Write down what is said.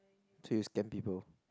so you scam people